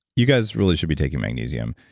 you guys really should be taking magnesium.